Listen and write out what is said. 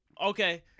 okay